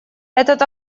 этот